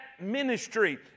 ministry